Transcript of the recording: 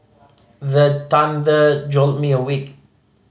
the thunder jolt me awake